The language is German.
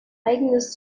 eigenes